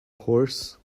horse